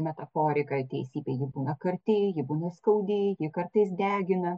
metaforika teisybė ji būna karti ji būna skaudi ji kartais degina